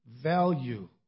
value